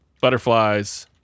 butterflies